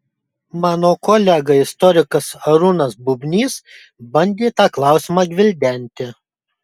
mano kolega istorikas arūnas bubnys bandė tą klausimą gvildenti